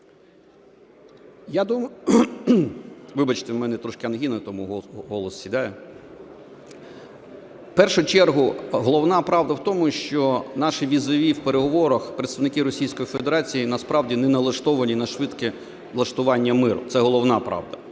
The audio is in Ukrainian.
Вибачте, у мене трішки ангіна, тому голос сідає. В першу чергу, головна правда в тому, що наші візаві в переговорах – представники Російської Федерації – насправді не налаштовані на швидке влаштування миру. Це головна правда.